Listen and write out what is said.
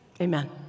amen